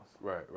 Right